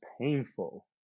painful